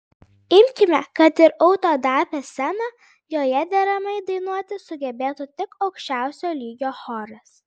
imkime kad ir autodafė sceną joje deramai dainuoti sugebėtų tik aukščiausio lygio choras